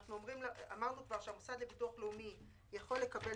אמרנו כבר שהמוסד לביטוח לאומי יכול לקבל